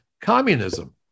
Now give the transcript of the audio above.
communism